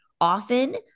often